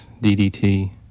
DDT